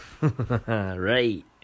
Right